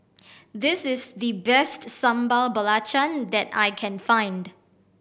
this is the best Sambal Belacan that I can find